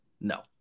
No